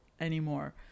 anymore